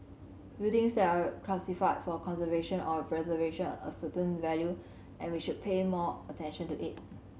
buildings that are classified for conservation or preservation a certain value and we should pay more attention to it